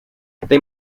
they